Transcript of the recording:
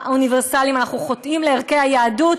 האוניברסליים, אנחנו חוטאים לערכי היהדות.